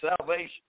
salvation